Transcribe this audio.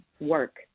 work